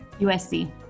USC